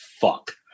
fuck